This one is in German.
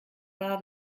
wahr